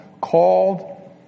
called